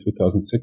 2006